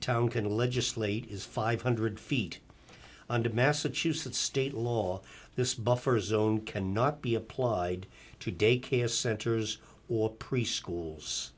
town can legislate is five hundred feet under massachusetts state law this buffer zone cannot be applied to daycare centers or preschools